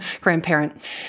grandparent